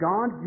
God